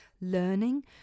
learning